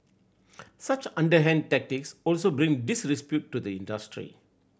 such underhand tactics also bring disrepute to the industry